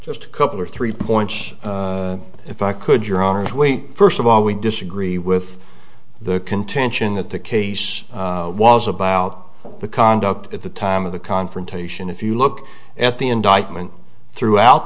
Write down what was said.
just a couple or three points if i could your honor is we first of all we disagree with the contention that the case was about the conduct at the time of the confrontation if you look at the indictment throughout